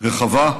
רחבה,